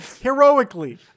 Heroically